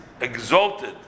exalted